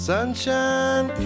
Sunshine